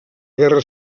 guerra